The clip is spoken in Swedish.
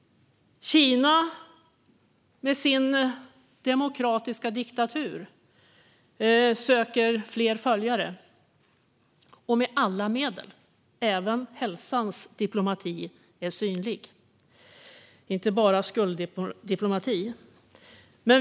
Kina med sin "demokratiska" diktatur söker fler följare med alla medel. Även hälsans diplomati är synlig, inte bara skulddiplomatin.